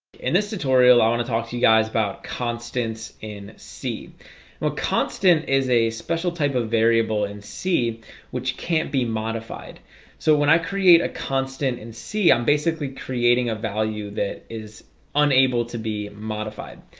in this tutorial i want to talk to you guys about constants in c well constant is a special type of variable and c which can't be modified so when i create a constant and c, i'm basically creating a value that is unable to be modified.